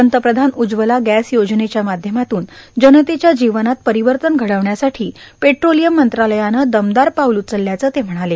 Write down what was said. पंतप्रधान उज्वला गॅस योजनेच्या माध्यमातून जनतेच्या जीवनात परिवर्तन घडविण्यासाठी पेट्रोलियम मंत्रालयानं दमदार पाऊल उचलल्याचं ते म्हणाले